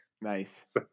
Nice